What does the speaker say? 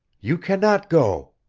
you can not go!